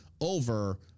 over